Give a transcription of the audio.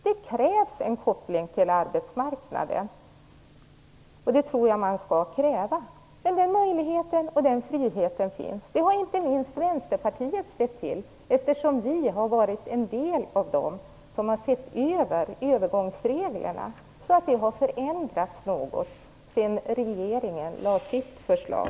Det krävs dock en koppling till arbetsmarknaden, och det är ett krav som jag tycker att man skall ställa. Att den möjligheten finns har inte minst Vänsterpartiet sett till, eftersom vi har varit en del av dem som har sett över övergångsreglerna. Det har därför skett en viss förändring sedan regeringen lade fram sitt förslag.